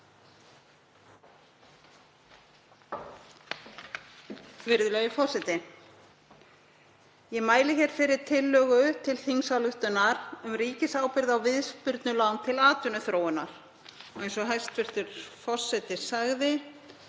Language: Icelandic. Virðulegi forseti. Ég mæli hér fyrir tillögu til þingsályktunar um ríkisábyrgð á viðspyrnulán til atvinnuþróunar. Eins og hæstv. forseti sagði